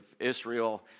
Israel